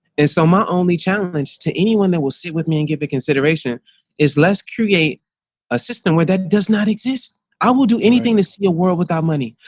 so my only challenge to anyone that will sit with me and give a consideration is let's create a system where that does not exist. i will do anything to see a world without money.